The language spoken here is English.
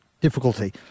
difficulty